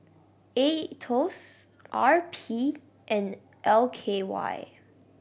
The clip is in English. Aetos R P and L K Y